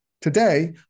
Today